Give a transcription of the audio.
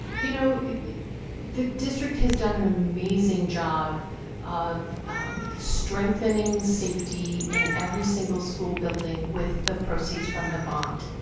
you know the district has done an amazing job of strengthening safety in every single school building with the proceeds from the bond